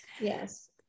Yes